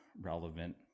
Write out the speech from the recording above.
relevant